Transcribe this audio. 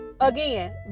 again